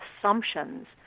assumptions